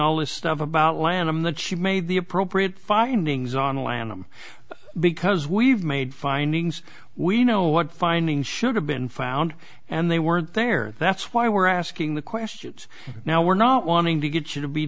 aleph stuff about lanham that she made the appropriate findings on lanham because we've made findings we know what finding should have been found and they weren't there that's why we're asking the questions now we're not wanting to get you to be